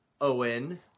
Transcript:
Owen